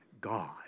God